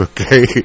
Okay